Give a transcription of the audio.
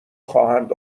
خواهند